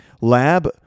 Lab-